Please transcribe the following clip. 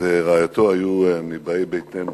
ורעייתו היו מבאי ביתנו.